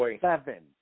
Seven